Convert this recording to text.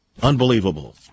Unbelievable